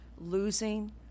losing